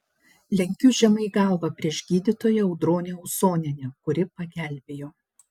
lenkiu žemai galvą prieš gydytoją audronę usonienę kuri pagelbėjo